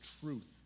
truth